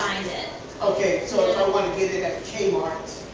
okay, so if i wanna get it at k-mart,